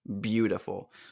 beautiful